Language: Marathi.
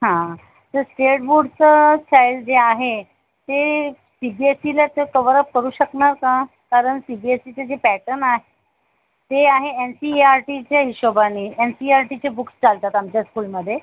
हां तर स्टेट बोर्डचं चाइल्ड जे आहे ते सी बी एस ईला ते कव्हर अप करू शकणार का कारण सी बी एस ईचे जे पॅटर्न आहे ते आहे एन सी ई आर टीच्या हिशेबाने एन सी ई आर टीचे बुक्स चालतात आमच्या स्कूलमध्ये